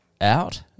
out